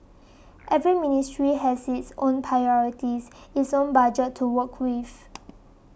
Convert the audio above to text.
every ministry has its own priorities its own budget to work with